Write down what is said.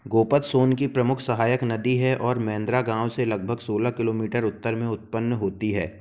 गोपद सोन की प्रमुख सहायक नदी है और मेंद्रा गाँव से लगभग सोलह किलोमीटर उत्तर में उत्पन्न होती है